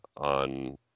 on